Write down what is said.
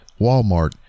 walmart